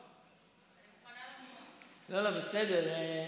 אני מוכנה, לא, בסדר.